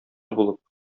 булып